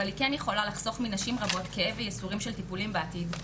אבל היא כן יכולה לחסוך מנשים רבות כאב וייסורים של טיפולים בעתיד,